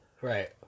right